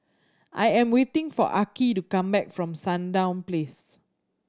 I am waiting for Arkie to come back from Sandown Place